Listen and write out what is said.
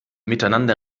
miteinander